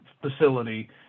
facility